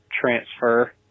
transfer